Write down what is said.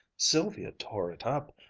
sylvia tore it up.